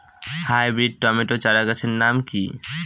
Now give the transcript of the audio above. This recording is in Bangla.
হাইব্রিড টমেটো চারাগাছের নাম কি?